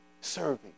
serving